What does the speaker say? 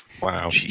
Wow